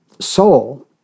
soul